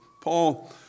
Paul